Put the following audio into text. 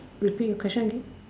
repeat your question again